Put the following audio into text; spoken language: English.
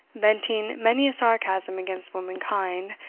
venting many a sarcasm against womankind,